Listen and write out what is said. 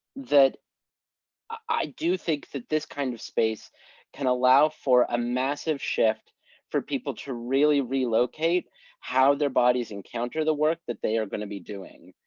that i do think that this kind of space can allow for a massive shift for people to really relocate how their bodies encounter the work that they are going to be doing.